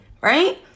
Right